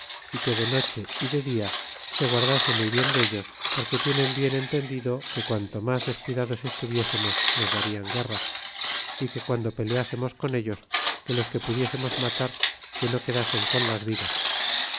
y que de noche y de dia se guardase muy bien dellos porque tienen bien entendido que guando mas descuidados estuviésemos nos darían guerra y que guando peleáremos con ellos que los que pudiésemos matar que no quedasen con las vidas